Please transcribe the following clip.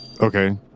Okay